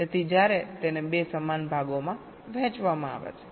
તેથી જ્યારે તેને 2 સમાન ભાગોમાં વહેંચવામાં આવે છે